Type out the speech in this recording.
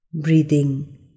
Breathing